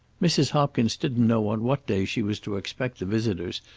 mrs. hopkins didn't know on what day she was to expect the visitors,